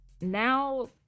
now